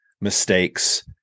mistakes